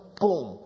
boom